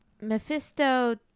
Mephisto